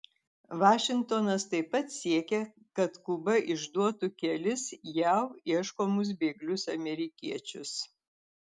vašingtonas taip pat siekia kad kuba išduotų kelis jav ieškomus bėglius amerikiečius